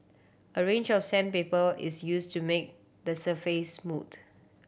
a range of sandpaper is used to make the surface smooth